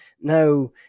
now